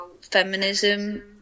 feminism